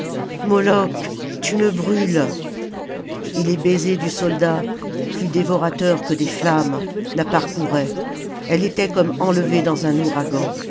moloch tu me brûles et les baisers du soldat plus dévorateurs que des flammes la parcouraient elle était comme enlevée dans un ouragan